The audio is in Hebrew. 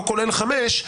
לא כולל 5,